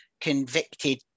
convicted